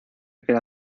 queda